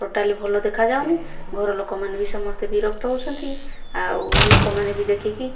total ଭଲ ଦେଖା ଯାଉନି ଘରଲୋକ ମାନେ ବି ସମସ୍ତେ ବିରକ୍ତ ହେଉଛନ୍ତି ଆଉ ଲୋକମାନେ ବି ଦେଖିକି